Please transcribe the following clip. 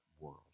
world